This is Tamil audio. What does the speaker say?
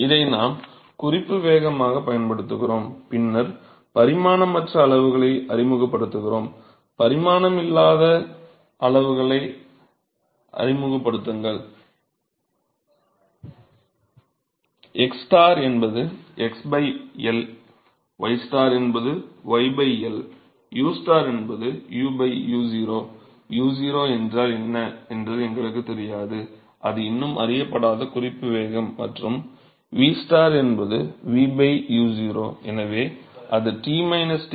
இதை நாம் குறிப்பு வேகமாகப் பயன்படுத்துகிறோம் பின்னர் பரிமாணமற்ற அளவுகளை அறிமுகப்படுத்துகிறோம் பரிமாணமில்லாத அளவுகளை அறிமுகப்படுத்துங்கள் x என்பது x L y என்பது y L u என்பது u u0 u0 என்றால் என்ன என்று எங்களுக்குத் தெரியாது அது இன்னும் அறியப்படாத குறிப்பு வேகம் மற்றும் v என்பது v u0